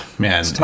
Man